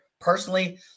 personally